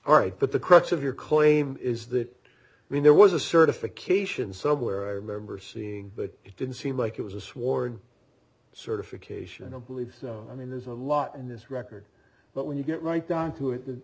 all right but the crux of your claim is that i mean there was a certification somewhere i remember seeing but it didn't seem like it was a sworn certification i believe so i mean there's a lot in this record but when you get right down to it